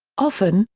often,